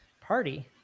party